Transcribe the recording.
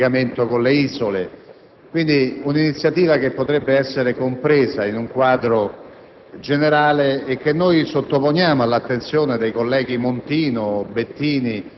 Grazie